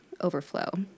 overflow